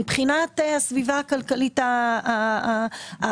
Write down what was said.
מבחינת הסביבה הכלכלית העולמית.